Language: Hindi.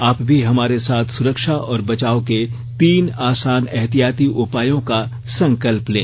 आप भी हमारे साथ सुरक्षा और बचाव के तीन आसान एहतियाती उपायों का संकल्प लें